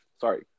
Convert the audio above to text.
sorry